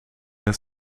het